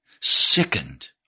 sickened